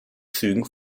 zügen